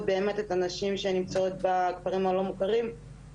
באמת את הנשים שנמצאות בכפרים הלא מוכרים.